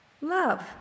love